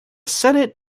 senate